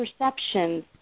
perceptions